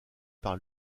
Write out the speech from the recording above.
par